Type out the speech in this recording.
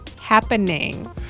happening